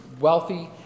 wealthy